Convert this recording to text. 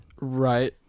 Right